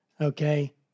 Okay